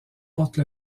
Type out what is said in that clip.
porte